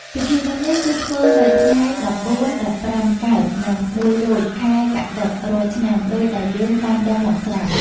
ពីធីបុណ្យនេះគឺធ្វើនៅថ្ងៃ ១៤-១៥ កើត និង ១ រោច ខែកត្តិក រាល់ឆ្នាំ ដូចដែលយើងបានដឹងមកស្រាប់។